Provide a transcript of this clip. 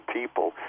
people